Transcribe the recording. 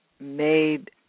made